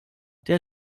der